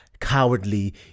cowardly